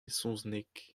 saozneg